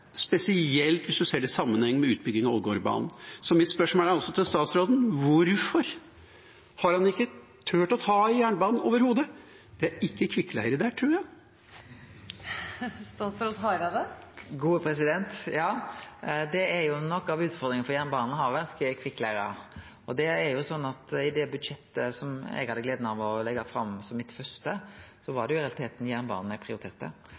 spesielt hvis man ser det i sammenheng med utbygging av Ålgårdbanen. Mitt spørsmål til statsråden er altså: Hvorfor har han overhodet ikke turt å ta i jernbanen? Det er ikke kvikkleire der, tror jeg. Noko av utfordringa for jernbanen har vore kvikkleire, og i det budsjettet eg hadde gleda av